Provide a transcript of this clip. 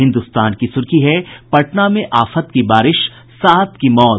हिन्द्रस्तान की सुर्खी है पटना में आफत की बारिश सात की मौत